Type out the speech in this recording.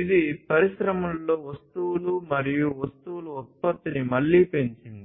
ఇది పరిశ్రమలో వస్తువులు మరియు వస్తువుల ఉత్పత్తిని మళ్ళీ పెంచింది